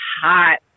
hot